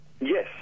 Yes